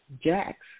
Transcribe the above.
jacks